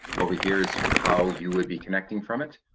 over here is how you would be connecting from it,